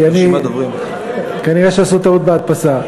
כנראה עשו טעות בהדפסה.